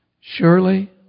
Surely